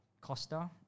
costa